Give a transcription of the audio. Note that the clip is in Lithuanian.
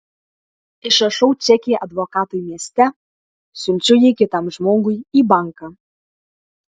išrašau čekį advokatui mieste siunčiu jį kitam žmogui į banką